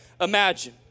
imagine